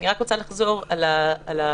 אני רק רוצה לחזור על הצורך,